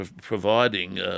providing